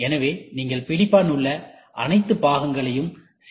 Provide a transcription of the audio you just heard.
எனவே நீங்கள் பிடிப்பான் உள்ள அனைத்து பாகங்களையும் சீர்படுத்த வேண்டும்